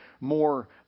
more